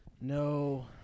No